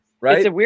right